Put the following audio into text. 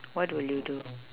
what would you do